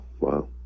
wow